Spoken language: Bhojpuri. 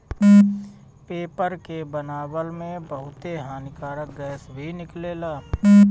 पेपर के बनावला में बहुते हानिकारक गैस भी निकलेला